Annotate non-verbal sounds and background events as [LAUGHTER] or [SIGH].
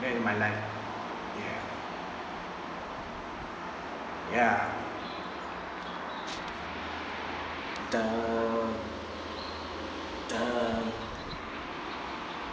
in my life ya ya [NOISE]